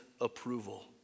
approval